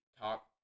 talk